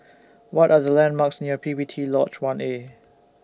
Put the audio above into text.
What Are The landmarks near P P T Lodge one A